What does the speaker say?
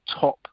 top